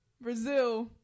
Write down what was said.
Brazil